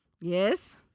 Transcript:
Yes